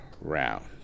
round